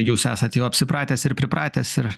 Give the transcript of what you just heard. jūs esat jau apsipratęs ir pripratęs ir